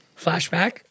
Flashback